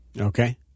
Okay